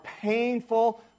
painful